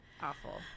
awful